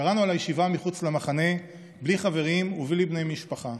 קראנו על הישיבה מחוץ למחנה בלי חברים ובלי בני משפחה.